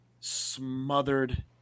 smothered